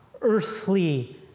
earthly